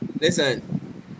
listen